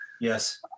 Yes